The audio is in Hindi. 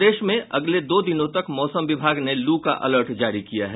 प्रदेश में अगले दो दिनों तक मौसम विभाग ने लू का अलर्ट जारी किया है